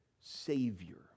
savior